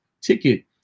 ticket